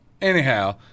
Anyhow